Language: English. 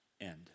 end